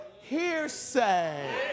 hearsay